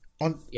On